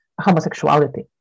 homosexuality